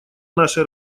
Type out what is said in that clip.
наше